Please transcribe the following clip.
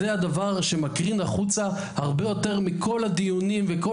זה הדבר שמקרין החוצה הרבה יותר מכל הדיונים ומכל